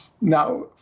now